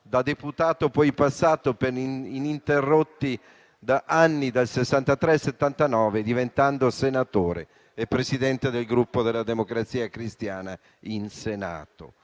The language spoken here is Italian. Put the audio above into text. da deputato, poi passato per ininterrotti anni, dal 1963 al 1979, diventando senatore e presidente del Gruppo della Democrazia Cristiana in Senato.